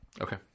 Okay